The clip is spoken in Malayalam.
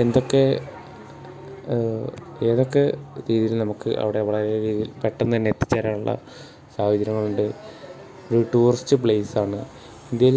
എന്തൊക്കെ ഏതൊക്കെ രീതിയിൽ നമുക്ക് അവിടെ വളരെ രീതിയിൽ പെട്ടെന്നുതന്നെ എത്തിച്ചേരാനുള്ള സാഹചര്യങ്ങളുണ്ട് ഒരു ടൂറിസ്റ്റ് പ്ലേസാണ് ഇതിൽ